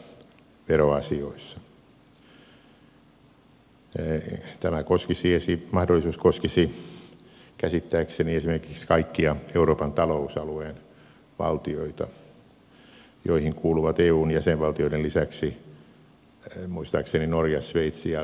tämä mahdollisuus koskisi käsittääkseni esimerkiksi kaikkia euroopan talousalueen valtioita joihin kuuluvat eun jäsenvaltioiden lisäksi muistaakseni norja sveitsi ja liechtenstein